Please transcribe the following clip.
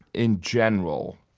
in general?